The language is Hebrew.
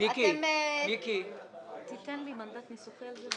מאוד-מאוד בעייתי למחוק את הסעיף הזה.